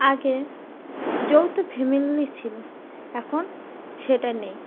আগে যেহতু ফ্যামিলি ছিলো এখন সেটা নেই